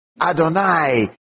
Adonai